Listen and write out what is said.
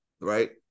Right